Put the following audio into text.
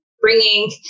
bringing